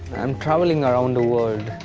i'm travelling around the world.